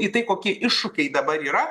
į tai kokie iššūkiai dabar yra